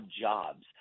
jobs